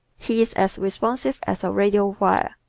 he is as responsive as a radio wire.